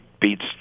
beats